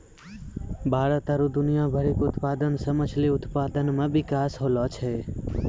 भारत आरु दुनिया भरि मे उत्पादन से मछली उत्पादन मे बिकास होलो छै